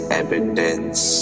evidence